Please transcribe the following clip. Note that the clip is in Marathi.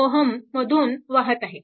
25 Ω मधून वाहत आहे